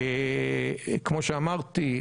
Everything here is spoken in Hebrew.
כמו שאמרתי,